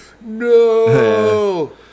no